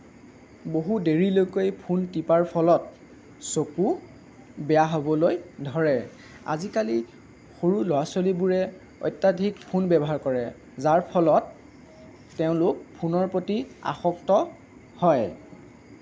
বহু দেৰিলৈকে ফোন টিপাৰ ফলত চকু বেয়া হ'বলৈ ধৰে আজিকালি সৰু ল'ৰা ছোৱালীবোৰে অত্যাধিক ফোন ব্যৱহাৰ কৰে যাৰ ফলত তেওঁলোক ফোনৰ প্ৰতি আসক্ত হয়